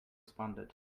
responded